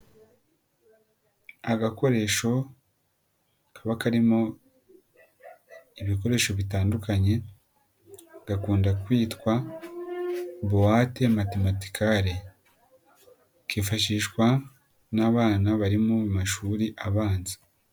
Agakoresho kaba karimo ibikoresho bitandukanye gakunda kwitwa buwate matematikale, kifashishwa n'abana bari mu mashuri abanza.